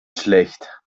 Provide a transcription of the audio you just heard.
schlecht